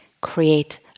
create